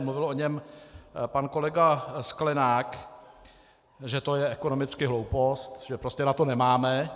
Mluvil o něm pan kolega Sklenák, že to je ekonomicky hloupost, že prostě na to nemáme.